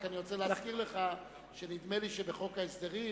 אני רק רוצה להזכיר לך שנדמה לי שבחוק ההסדרים